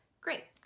great!